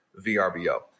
VRBO